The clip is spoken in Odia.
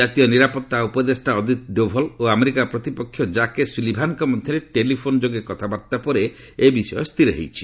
ଜାତୀୟ ନିରାପତ୍ତା ଉପଦେଷ୍ଟା ଅଜିତ୍ ଡୋଭଲ୍ ଓ ଆମେରିକା ପ୍ରତିପକ୍ଷ ଜାକେ ସୁଲିଭାନ୍ଙ୍କ ମଧ୍ୟରେ ଟେଲିଫୋନ୍ ଯୋଗେ କଥାବାର୍ଭା ପରେ ଏହି ବିଷୟ ସ୍ଥିର ହୋଇଛି